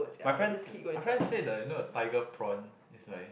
my friends my friends say the you know the tiger prawn it's like